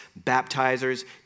baptizers